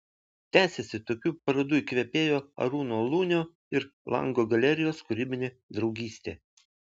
tęsiasi tokių parodų įkvėpėjo arūno lunio ir lango galerijos kūrybinė draugystė